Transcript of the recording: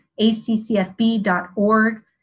accfb.org